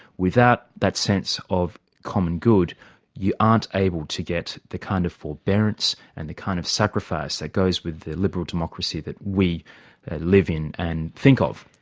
that that sense of common good you aren't able to get the kind of forbearance and the kind of sacrifice that goes with the liberal democracy that we live in and think of.